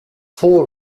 full